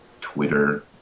Twitter